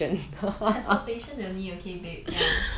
transportation only okay babe ya